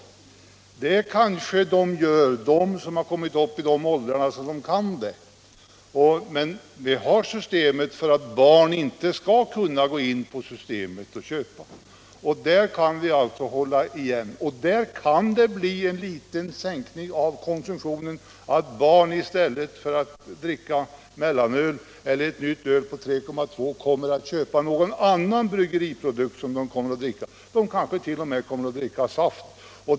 Ja, det kanske de människor gör som kommit upp i sådan ålder att de får göra det. Barn kan ju inte handla på systemet. Det kanske gör att barn och ungdom, i stället för att dricka mellanöl eller ett öl med en alkoholhalt på 3,2 96, köper någon annan bryggeriprodukt. De kanske t.o.m. övergår till att dricka saft.